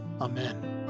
Amen